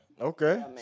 Okay